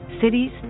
cities